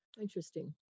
Interesting